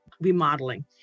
remodeling